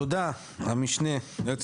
תודה המשנה ליועצת המשפטית.